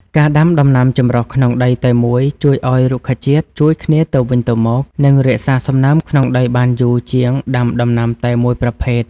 ការដាំដំណាំចម្រុះក្នុងដីតែមួយជួយឱ្យរុក្ខជាតិជួយគ្នាទៅវិញទៅមក និងរក្សាសំណើមក្នុងដីបានយូរជាងដាំដំណាំតែមួយប្រភេទ។